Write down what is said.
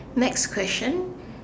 next question